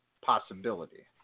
possibility